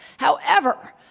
however,